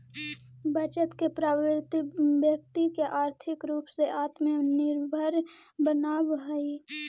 बचत के प्रवृत्ति व्यक्ति के आर्थिक रूप से आत्मनिर्भर बनावऽ हई